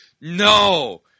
No